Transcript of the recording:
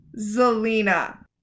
Zelina